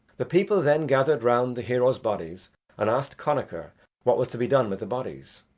the people then gathered round the heroes' bodies and asked connachar what was to be done with the bodies.